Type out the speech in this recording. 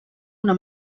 una